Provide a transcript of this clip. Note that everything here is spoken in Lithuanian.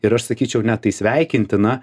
ir aš sakyčiau net tai sveikintina